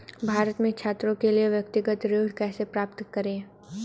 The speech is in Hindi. भारत में छात्रों के लिए व्यक्तिगत ऋण कैसे प्राप्त करें?